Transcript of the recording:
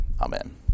Amen